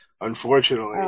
unfortunately